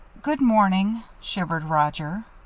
good morning, shivered roger.